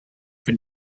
for